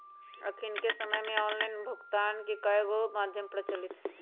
अखनिक समय में ऑनलाइन भुगतान के कयगो माध्यम प्रचलित हइ